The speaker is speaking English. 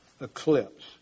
eclipse